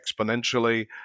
exponentially